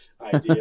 idea